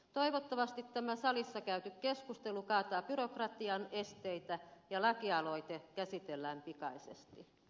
toivottavasti tämä salissa käyty keskustelu kaataa byrokratian esteitä ja lakialoite käsitellään pikaisesti